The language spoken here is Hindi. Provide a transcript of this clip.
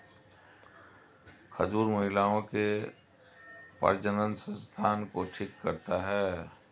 खजूर महिलाओं के प्रजननसंस्थान को ठीक करता है